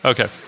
Okay